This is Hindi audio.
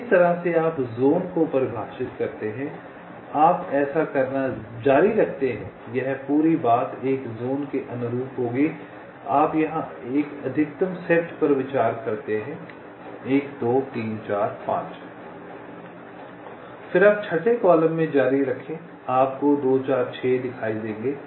इस तरह से आप जोन को परिभाषित करते हैं आप ऐसा करना जारी रखते हैं यह पूरी बात एक जोन के अनुरूप होगी आप यहाँ अधिकतम सेट पर विचार करते हैं 1 2 3 4 5 फिर आप छठे कॉलम में जारी रखें आपको 2 4 6 दिखाई देंगे